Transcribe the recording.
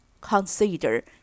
Consider